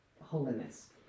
holiness